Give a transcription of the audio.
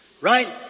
right